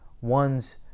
ones